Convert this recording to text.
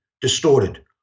distorted